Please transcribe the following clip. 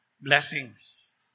blessings